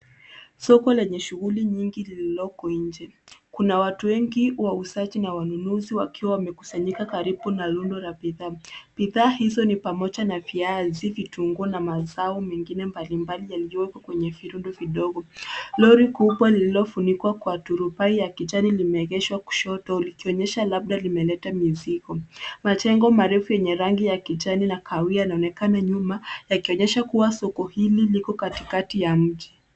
Soko lenye shughuli nyingi lililoko nje. Kuna watu wengi wauzaji na wanunuzi wakiwa wamekusanyika karibu na rundo la bidhaa. Bidhaa hizo ni pamoja na viazi, vitunguu na mazao mengine mbalimbali yalioyoko kwenye virundo vidogo. Lori kubwa lililofunikwa kwa turubai ya kijani limeegeshwa kushoto likionyesha labda limeleta mizigo. Majengo marefu yenye rangi ya kijani na kahawia yanaonekana nyuma yakionyesha kuwa soko hili liko katikati ya mji.